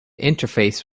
interface